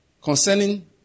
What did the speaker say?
Concerning